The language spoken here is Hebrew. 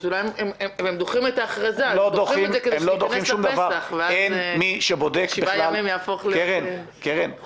אבל הם דוחים את ההכרזה כדי שייכנס פסח ואז שבעה ימים יהפכו לחודש.